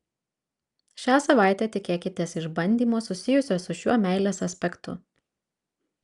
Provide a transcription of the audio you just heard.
šią savaitę tikėkitės išbandymo susijusio su šiuo meilės aspektu